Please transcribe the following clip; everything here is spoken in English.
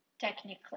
technically